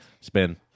spin